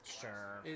Sure